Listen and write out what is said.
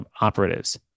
operatives